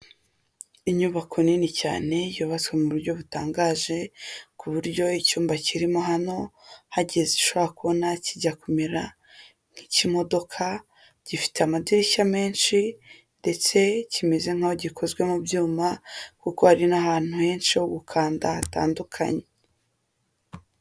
Inyubako nini cyane yubatswe mu buryo butangaje ku buryo icyumba kirimo hano uhageze ushobora kubona kijya kumera nk'ikimodoka, gifite amadirishya menshi, ndetse kimeze nk'aho gikozwe mu byuma, kuko hari n'ahantu henshi ho gukanda hatandukanye.